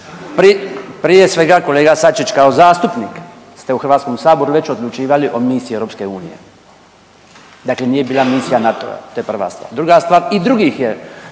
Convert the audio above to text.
Prije svega kolega Sačić kao zastupnik ste u Hrvatskom saboru već odlučivali o misiji EU. Dakle, nije bila misija NATO-a, to je prva stvar. Druga stvar i drugih je